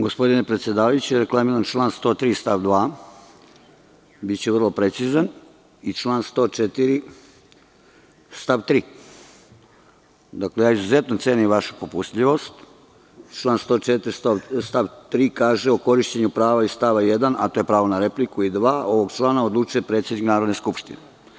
Gospodine predsedavajući, reklamiram član 103. stav 2. i biću vrlo precizan i član 104. stav 3. Dakle, ja izuzetno cenim vašu popustljivost, a član 104. stav 3. kaže – o korišćenju prava iz stava 1, a to je pravo na repliku i 2. ovog člana, odlučuje predsednik Narodne skupštine.